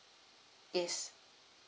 yes